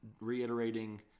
reiterating